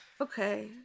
Okay